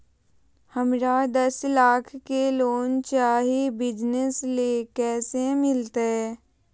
हमरा दस लाख के लोन चाही बिजनस ले, कैसे मिलते?